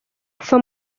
kuva